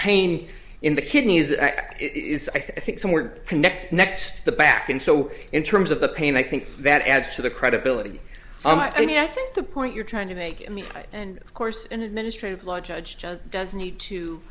pain in the kidneys is i think somewhere connect next the back in so in terms of the pain i think that adds to the credibility and i mean i think the point you're trying to make me and of course an administrative law judge does need to